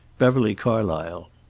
beverly carlysle.